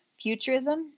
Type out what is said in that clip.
Futurism